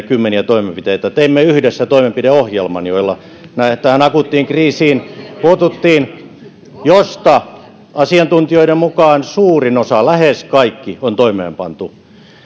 kymmeniä toimenpiteitä teimme yhdessä toimenpideohjelman jolla tähän akuuttiin kriisiin puututtiin ja josta asiantuntijoiden mukaan suurin osa lähes kaikki on toimeenpantu